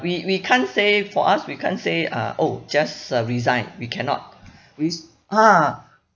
we we can't say for us we can't say ah oh just uh resign we cannot res~ ah